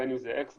בין אם זה אקסבוקס,